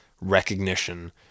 recognition